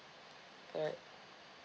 alright